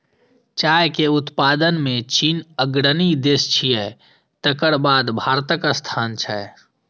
चाय के उत्पादन मे चीन अग्रणी देश छियै, तकर बाद भारतक स्थान छै